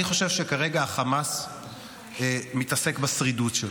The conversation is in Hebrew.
אני חושב שכרגע החמאס מתעסק בשרידות שלו.